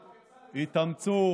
שיפסיקו,